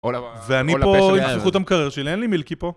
ואני פה עם זכות המקרר שלי, אין לי מילקי פה